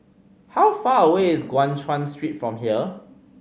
how far away is Guan Chuan Street from here